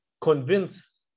convince